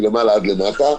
מלמעלה עד למטה.